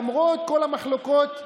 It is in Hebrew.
למרות כל המחלוקות,